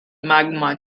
magma